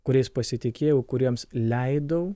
kuriais pasitikėjau kuriems leidau